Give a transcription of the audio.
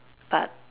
but